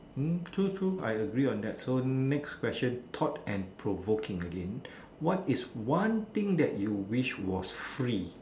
mm true true I agree on that so next question thought and provoking again what is one thing that you wish was free